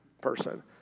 person